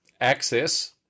access